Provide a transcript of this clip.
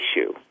issue